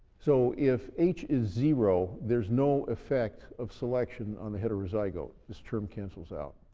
so if h is zero, there's no effect of selection on the heterozygote this term cancels out.